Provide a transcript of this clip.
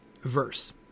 verse